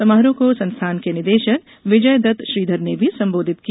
समारोह को संस्थान के निदेशक विजयदत्त श्रीघर ने भी संबोधित किया